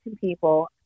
people